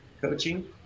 coaching